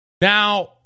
Now